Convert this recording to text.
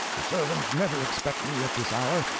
the servants never expect me at this hour,